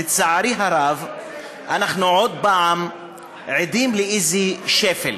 לצערי הרב אנחנו עוד פעם עדים לאיזה שפל,